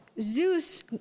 Zeus